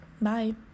Bye